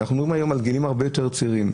ואנחנו מדברים היום על גילאים הרבה יותר צעירים,